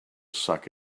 suck